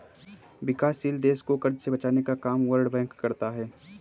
विकासशील देश को कर्ज से बचने का काम वर्ल्ड बैंक करता है